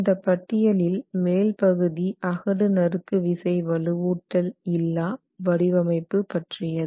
இந்தப் பட்டியலில் மேல்பகுதி அகடு நறுக்கு விசை வலுவூட்டல் இல்லா வடிவமைப்பு பற்றியது